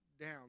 down